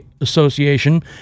Association